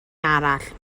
arall